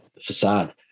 Facade